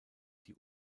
die